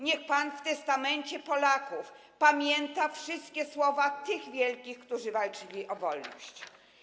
Niech pan z testamentu Polaków pamięta wszystkie słowa tych wielkich, którzy walczyli o wolność.